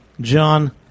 John